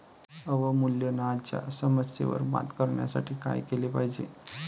अवमूल्यनाच्या समस्येवर मात करण्यासाठी काय केले पाहिजे?